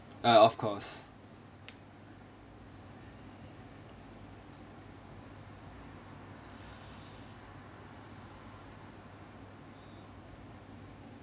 uh of course